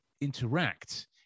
interact